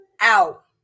out